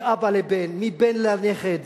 מאבא לבן, מבן לנכד,